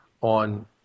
on